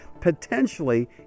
potentially